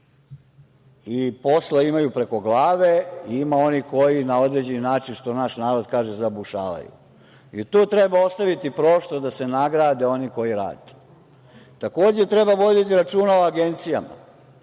i posla imaju preko glave, ima onih koji na određeni način, što naš narod kaže „zabušavaju“. Tu treba ostaviti prostor da se nagrade oni koji rade. Takođe, treba voditi računa o agencijama.